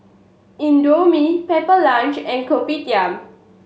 Indomie Pepper Lunch and Kopitiam